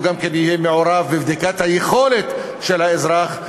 גם כן יהיה מעורב בבדיקת היכולת של האזרח,